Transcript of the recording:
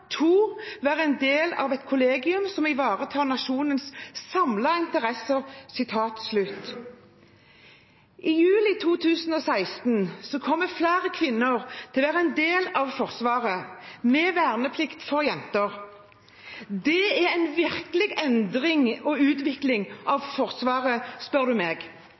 være «en del av et kollegium som ivaretar nasjonens samlede interesser» I juli 2016 kommer flere kvinner til å være en del av Forsvaret, med verneplikten for jenter. Det er virkelig en endring og utvikling av Forsvaret, spør du meg.